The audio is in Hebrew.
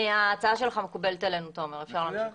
ההצעה שלך מקובלת עלינו, תומר, אפשר להמשיך.